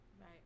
Right